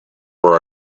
were